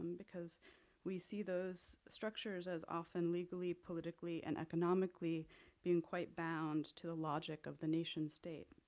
because we see those structures as often legally, politically and economically being quite bound to the logic of the nation-state.